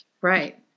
Right